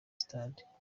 stade